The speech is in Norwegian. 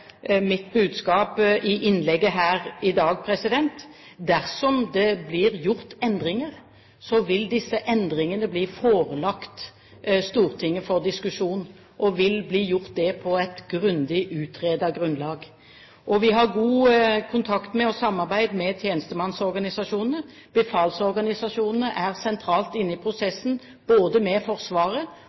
mitt budskap i innlegget her i dag. Dersom det blir gjort endringer, vil disse endringene bli forelagt Stortinget for diskusjon, og det vil bli gjort på et grundig utredet grunnlag. Vi har god kontakt og samarbeid med tjenestemannsorganisasjonene. Befalsorganisasjonene er sentralt inne i prosessen både med Forsvaret